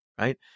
right